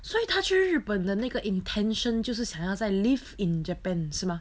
所以她去日本的那个 intention 就是想要 live in japan 是吗